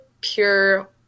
pure